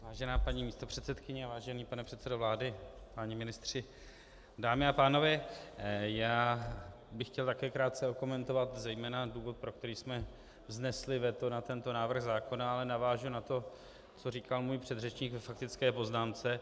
Vážená paní místopředsedkyně, vážený pane předsedo vlády, páni ministři, dámy a pánové, já bych chtěl také krátce okomentovat zejména důvod, pro který jsme vznesli veto na tento návrh zákona, ale navážu na to, co říkal můj předřečník ve faktické poznámce.